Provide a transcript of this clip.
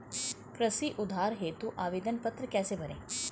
कृषि उधार हेतु आवेदन पत्र कैसे भरें?